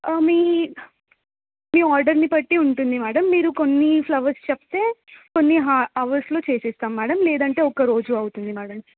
మీ మీ ఆర్డర్ని బట్టి ఉంటుంది మేడం మీరు కొన్ని ఫ్లవర్స్ చెప్తే కొన్ని హా అవర్స్లో చేసేస్తాం మేడం లేదంటే ఒక రోజు అవుతుంది మేడం